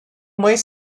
mayıs